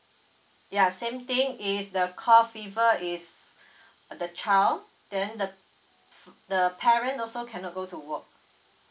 yeah same thing if the cold fever is uh the child then the the parent also cannot go to work